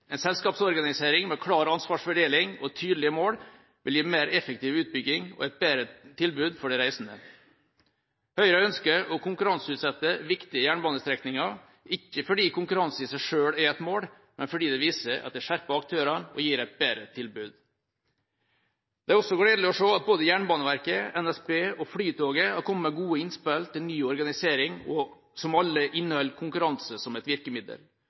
En selskapsorganisering med klar ansvarsfordeling og tydelige mål vil gi mer effektiv utbygging og et bedre tilbud for de reisende. Høyre ønsker å konkurranseutsette viktige jernbanestrekninger, ikke fordi konkurranse i seg selv er et mål, men fordi det viser at det skjerper aktørene og gir et bedre tilbud. Det er også gledelig å se at både Jernbaneverket, NSB og Flytoget har kommet med gode innspill til ny organisering, som alle inneholder konkurranse som et virkemiddel,